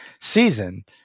season